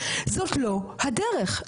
זאת לא הדרך,